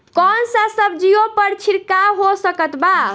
कौन सा सब्जियों पर छिड़काव हो सकत बा?